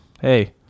Hey